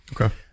Okay